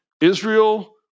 Israel